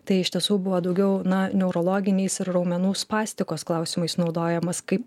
tai iš tiesų buvo daugiau na neurologiniais ir raumenų spastikos klausimais naudojamas kaip